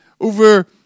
over